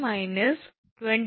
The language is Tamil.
04 54